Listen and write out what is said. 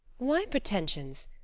why pretensions?